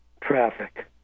traffic